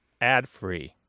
adfree